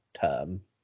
term